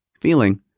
feeling